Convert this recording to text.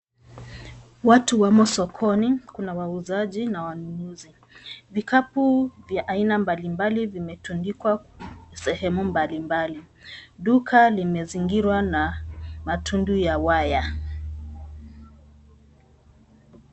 Watu wamo sokoni kuna wauzaji na wanunuzi. Vikapu vya aina mbali mbali vimetundikwa sehemu mbali mbali. Duka limezingirwa na matundu ya waya.